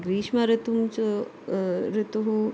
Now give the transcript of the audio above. ग्रीष्म ऋतुं च ऋतुः